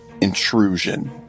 Intrusion